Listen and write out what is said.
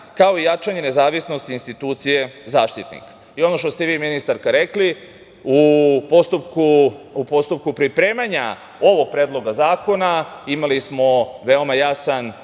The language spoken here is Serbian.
kao i jačanje nezavisnosti institucije Zaštitnik. Ono što ste vi, ministarka, rekli u postupku pripremanja ovog predloga zakona imali smo veoma jasan